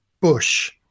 bush